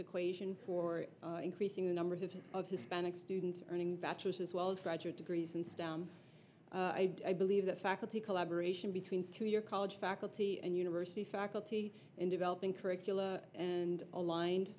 equation for increasing numbers of of hispanic students earning bachelors as well as graduate degrees in stem i believe that faculty collaboration between two your college faculty and university faculty in developing curricula and aligned